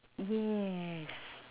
yes